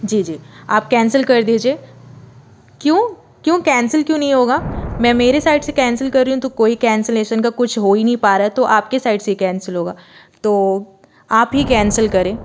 जी जी आप कैंसिल कर दीजिए क्यों क्यों कैंसिल क्यों नहीं होगा मैं मेरे साइड से कैंसिल कर रही हूँ तो कोई कैंसिलेसन का कुछ हो ही नहीं पा रहा है तो आपके साइड से कैंसिल होगा तो आप ही कैंसिल करें